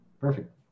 Perfect